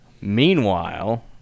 Meanwhile